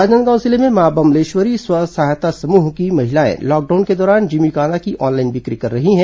राजनांदगांव जिले में मां बम्लेश्वरी महिला स्व सहायता समूह की महिलाएं लॉकडाउन के दौरान जिमी कांदा की ऑनलाइन बिक्री कर रही हैं